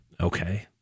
okay